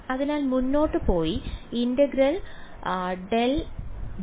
അതിനാൽ മുന്നോട്ട് പോയി ഇന്റഗ്രൽ ∇g